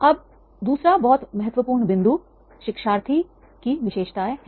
अब दूसरा बहुत महत्वपूर्ण बिंदु शिक्षार्थी की विशेषताएं हैं